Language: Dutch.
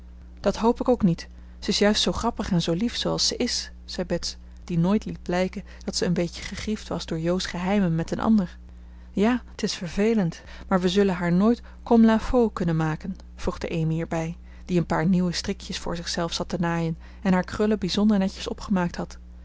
dat hoop ik ook niet ze is juist zoo grappig en zoo lief zooals ze is zei bets die nooit liet blijken dat ze een beetje gegriefd was door jo's geheimen met een ander ja t is vervelend maar we zullen haar nooit comme la fo kunnen maken voegde amy er bij die een paar nieuwe strikjes voor zich zelf zat te naaien en haar krullen bijzonder netjes opgemaakt had twee